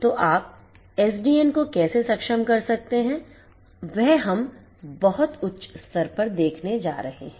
तो आप SDN को कैसे सक्षम कर सकते हैं वह हम बहुत उच्च स्तर पर देखने जा रहे हैं